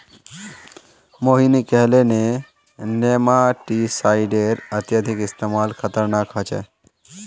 मोहिनी कहले जे नेमाटीसाइडेर अत्यधिक इस्तमाल खतरनाक ह छेक